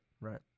right